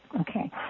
Okay